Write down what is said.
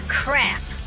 crap